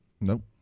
nope